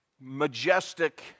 majestic